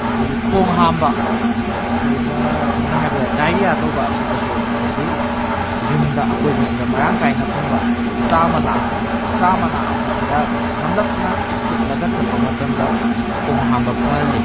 ꯑꯗꯒꯤ ꯈꯣꯡ ꯍꯥꯝꯕ ꯑꯩꯈꯣꯏꯅ ꯁꯝꯅ ꯍꯥꯏꯕꯗ ꯗꯥꯏꯔꯤꯌꯥ ꯇꯧꯕ ꯑꯁꯤꯗꯁꯨ ꯑꯩꯈꯣꯏꯒꯤ ꯌꯨꯝꯗ ꯑꯀꯣꯏꯕꯁꯤꯗ ꯃꯔꯥꯡ ꯀꯥꯏꯅ ꯐꯪꯕ ꯆꯥꯃꯅꯥ ꯆꯥꯃꯅꯥ ꯑꯁꯤ ꯈꯔ ꯅꯝꯂꯞꯅ ꯐꯨꯠꯂꯒ ꯊꯛꯄ ꯃꯇꯝꯗ ꯈꯣꯡ ꯍꯥꯝꯕ ꯐꯍꯜꯂꯤ